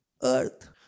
Earth